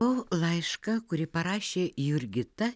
o laišką kurį parašė jurgita